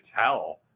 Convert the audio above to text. tell